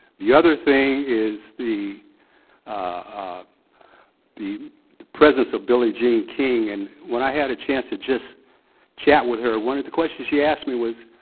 the other thing is the ah the the presence of billie jean king, and when i had a chance to just chat with her, one of the questions she asked me was